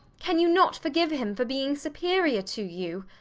can you not forgive him for being superior to you?